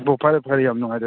ꯑꯗꯨ ꯐꯔꯦ ꯐꯔꯦ ꯌꯥꯝ ꯅꯨꯡꯉꯥꯏꯔꯦ